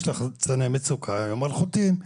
יש לחצני מצוקה, הם אלחוטיים.